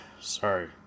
sorry